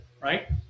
right